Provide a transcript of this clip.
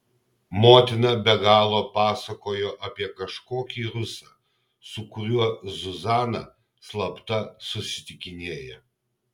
motina be galo pasakojo apie kažkokį rusą su kuriuo zuzana slapta susitikinėja